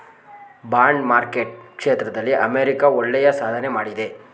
bond market ಕ್ಷೇತ್ರದಲ್ಲಿ America ಒಳ್ಳೆಯ ಸಾಧನೆ ಮಾಡಿದೆ